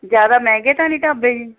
ਜ਼ਿਆਦਾ ਮਹਿੰਗੇ ਤਾਂ ਨਹੀਂ ਢਾਬੇ ਜੀ